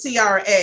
CRA